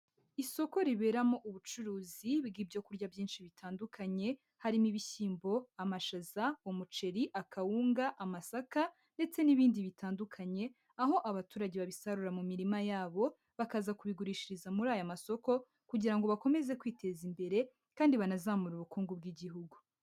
Isoko riberamo ubucuruzi bw'ibyo kurya byinshi bitandukanye, harimo ibishyimbo, amashaza, umuceri, akawunga, amasaka ndetse n'ibindi bitandukanye, aho abaturage babisarura mu mirima yabo, bakaza kubigurishiriza muri aya masoko kugira ngo bakomeze kwiteza imbere kandi banazamure ubukungu bw'igihugu.